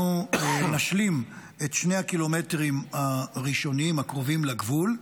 נשלים את 2 הקילומטרים הראשונים הקרובים לגבול,